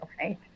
okay